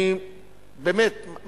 באמת,